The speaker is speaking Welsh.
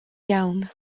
iawn